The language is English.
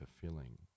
fulfilling